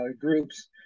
groups